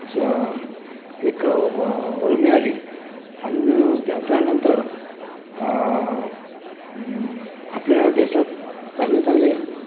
असं एक व उर्मी आली आणि त्या त्यानंतर आपल्या देशात चांगले चांगले